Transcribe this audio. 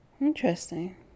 Interesting